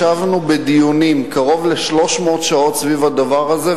ישבנו בדיונים קרוב ל-300 שעות סביב הדבר הזה,